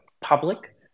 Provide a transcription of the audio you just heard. public